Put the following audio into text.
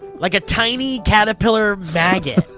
like a tiny caterpillar maggot.